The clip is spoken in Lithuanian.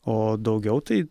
o daugiau tai